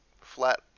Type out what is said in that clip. flat